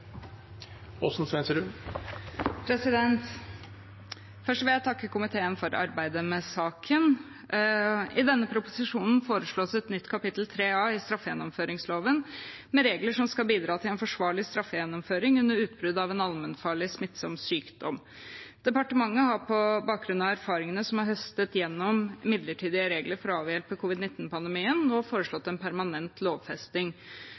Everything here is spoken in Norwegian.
minutter. Først vil jeg takke komiteen for arbeidet med saken. I denne proposisjonen foreslås et nytt kapittel 3 A i straffegjennomføringsloven, med regler som skal bidra til en forsvarlig straffegjennomføring under utbrudd av en allmennfarlig smittsom sykdom. Departementet har, på bakgrunn av erfaringene som er høstet gjennom midlertidige regler for å avhjelpe covid-19-pandemien, nå foreslått en permanent lovfesting,